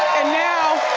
now,